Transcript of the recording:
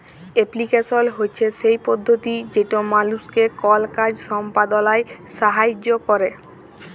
application হছে সেই পদ্ধতি যেট মালুসকে কল কাজ সম্পাদলায় সাহাইয্য ক্যরে